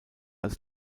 als